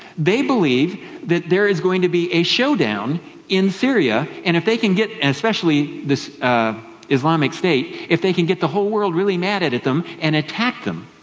they believe that there is going to be a showdown in syria, and if they can get, especially the islamic state, if they can get the whole world really mad at at them, and attack them,